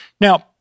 Now